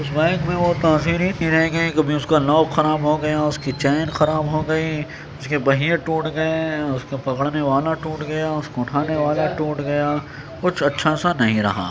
اس bag میں وہ تاثیر ہی نہیں رہ گئی کبھی اس کا لاک خراب ہو گیا اس کی چین خراب ہو گئی اس کے پہیے ٹوٹ گیے اس کو پکڑنے والا ٹوٹ گیا اس کو اٹھانے والا ٹوٹ گیا کچھ اچھا سا نہیں رہا